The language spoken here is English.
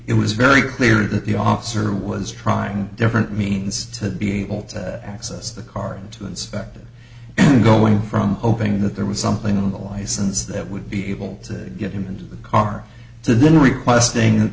it was very clear that the officer was trying different means to be able to access the car into inspector going from hoping that there was something in the license that would be able to get him into the car to then requesting